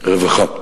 רווחה.